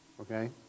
Okay